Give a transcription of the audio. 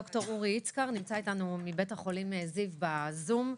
ד"ר אורי יצקר מבית החולים זיו נמצא איתנו בזום.